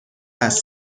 است